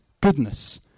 goodness